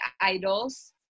idols